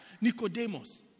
Nicodemus